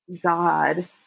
God